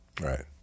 right